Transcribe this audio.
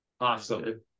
Awesome